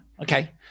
Okay